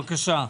בבקשה.